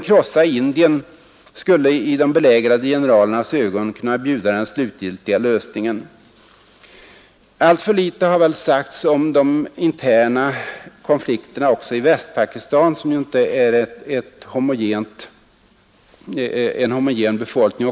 ”Krossa Indien” skulle i de belägrade generalernas ögon kunna bjuda den slutgiltiga lösningen.” Alltför litet har sagts om de interna konflikterna också i Västpakistan, som ju inte har en homogen befolkning.